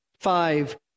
five